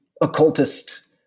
occultist